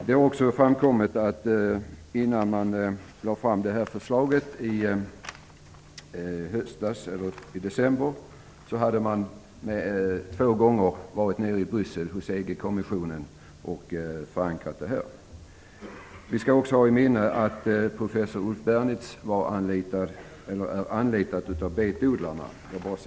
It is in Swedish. Det har också framkommit att man innan man lade fram förslaget i december hade två gånger varit ned till EU kommissionen i Bryssel för att förankra sitt ställningstagande. Vi skall också ha i minnet att professor Ulf Bernitz är anlitad av betodlarna. Herr talman!